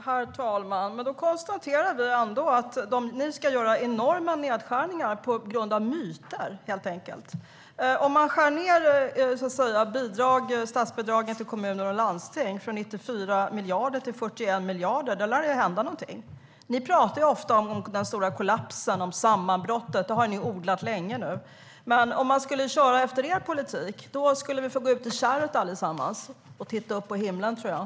Herr talman! Då konstaterar vi ändå att ni ska göra enorma nedskärningar på grund av myter, Per Ramhorn. Om man skär ned statsbidragen till kommuner och landsting från 94 miljarder till 41 miljarder lär det ju hända någonting. Ni talar ofta om den stora kollapsen och sammanbrottet; den bilden har ni odlat länge nu. Skulle man köra efter er politik tror jag dock att vi skulle få gå ut i kärret och titta upp i himlen allesammans.